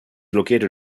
located